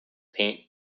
paint